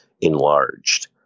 enlarged